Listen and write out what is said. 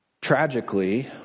tragically